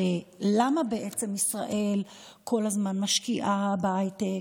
הרי למה בעצם ישראל כל הזמן משקיעה בהייטק,